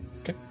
Okay